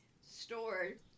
stored